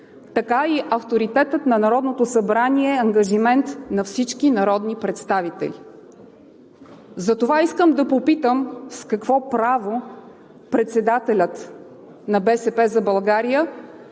така и авторитетът на Народното събрание е ангажимент на всички народни представители. Затова искам да попитам с какво право председателят на „БСП за България“